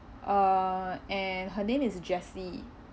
uh and her name is jessie